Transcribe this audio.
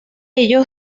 ello